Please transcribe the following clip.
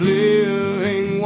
living